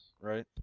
right